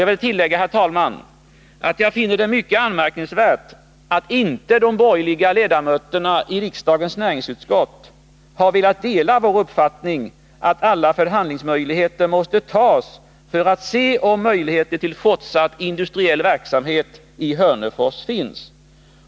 Jag vill tillägga att jag finner det mycket anmärkningsvärt att de borgerliga ledamöterna i riksdagens näringsutskott inte har velat dela vår uppfattning att alla förhandlingsmöjligheter måste tas för att se om möjligheter till fortsatt industriell verksamhet i Hörnefors finns.